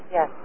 Yes